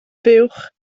fuwch